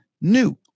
new